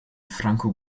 franco